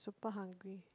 but hungry